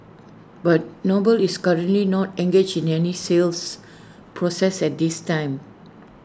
but noble is currently not engaged in any sales process at this time